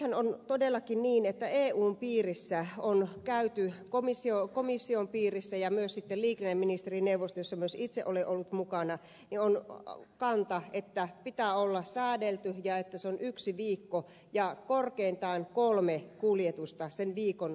nythän on todellakin niin että eun piirissä komission piirissä ja myös liikenneministerineuvostossa jossa myös itse olen ollut mukana on kanta että sen pitää olla säädelty ja että se on yksi viikko ja korkeintaan kolme kuljetusta sen viikon aikana